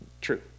True